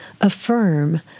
Affirm